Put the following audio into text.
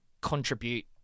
contribute